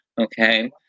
okay